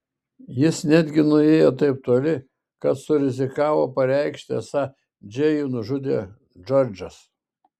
jis netgi nuėjo taip toli kad surizikavo pareikšti esą džėjų nužudė džordžas